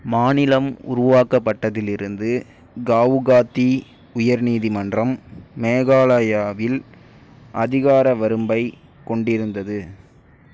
மாநிலம் உருவாக்கப்பட்டதிலிருந்து காவுகாத்தி உயர் நீதிமன்றம் மேகாலயாவில் அதிகார வரம்பைக் கொண்டிருந்தது